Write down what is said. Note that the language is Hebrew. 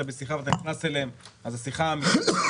בשיחה ואתה נכנס אליהם אז השיחה מתנתקת.